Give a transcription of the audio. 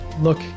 look